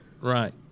right